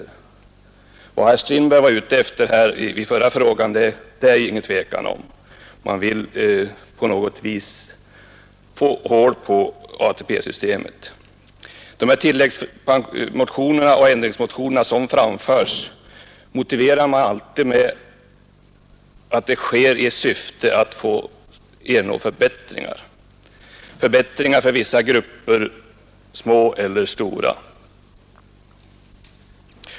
Det är inget tvivel om vad herr Strindberg var ute efter i den fråga som vi nyss behandlade. Man vill helt enkelt från de borgerligas sida på något sätt få hål på ATP-systemet. De motioner med förslag om ändringar och tillägg i de nuvarande reglerna som framförs motiveras genomgående med att förslagen väcks i syfte att ernå förbättringar för vissa grupper, små eller stora.